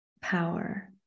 power